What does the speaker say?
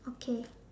okay